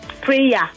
Prayer